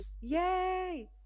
Yay